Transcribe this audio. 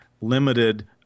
limited